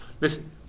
Listen